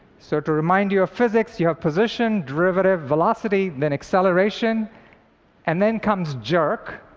so to remind you of physics you have position, derivative, velocity then acceleration and then comes jerk,